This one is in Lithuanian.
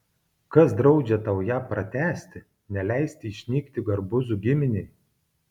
kas draudžia tau ją pratęsti neleisti išnykti garbuzų giminei